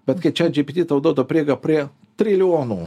bet kai chat gpt tau duoda prieigą prie trilijonų